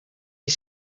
est